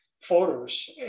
photos